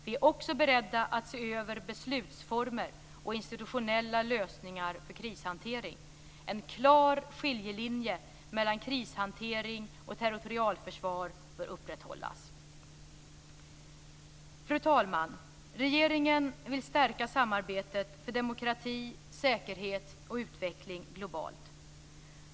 Vi är också beredda att se över beslutsformer och institutionella lösningar för krishantering. En klar skiljelinje mellan krishantering och territorialförsvar bör upprätthållas. Fru talman! Regeringen vill stärka samarbetet för demokrati, säkerhet och utveckling globalt.